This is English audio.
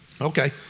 Okay